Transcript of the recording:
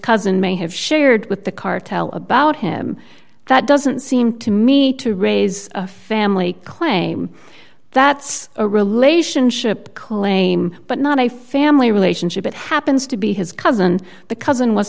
cousin may have shared with the cartel about him that doesn't seem to me to raise a family claim that's a relationship claim but not a family relationship it happens to be his cousin the cousin was